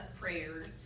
prayers